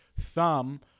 thumb